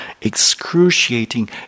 excruciating